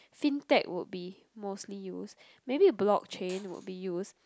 fintech would be mostly used maybe blockchain would be used